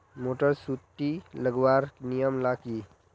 Motor सुटी लगवार नियम ला की?